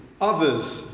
others